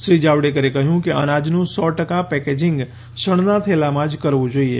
શ્રી જાવડેકરે કહ્યું કે અનાજનું સો ટકા પેકેજિંગ શણનાં થેલામાં જ કરવ્ં જોઈએ